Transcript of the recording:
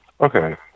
Okay